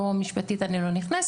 לא משפטית אני לא נכנסת,